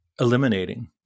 eliminating